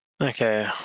Okay